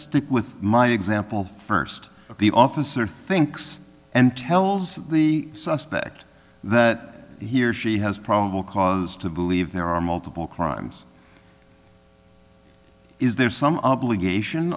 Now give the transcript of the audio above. stick with my example first the officer thinks and tells the suspect that he or she has probable cause to believe there are multiple crimes is there some obligation